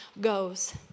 goes